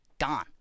gone